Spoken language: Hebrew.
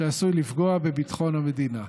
שעשוי לפגוע בביטחון המדינה.